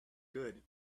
good